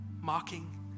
mocking